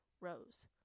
Rose